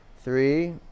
Three